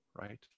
right